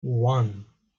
one